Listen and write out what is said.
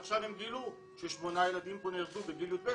עכשיו הם גילו ששמונה ילדים נהרגו בגיל יב',